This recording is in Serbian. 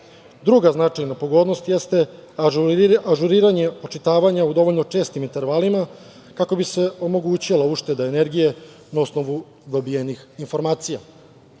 Druga značajna pogodnost, ažuriranje očitavanja u dovoljno čestim intervalima kako bi se omogućila ušteda energije na osnovu dobijenih informacija.